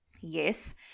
Yes